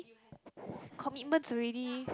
commitments already